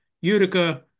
Utica